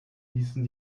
ließen